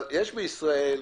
ואנחנו עדיין בהתלבטות.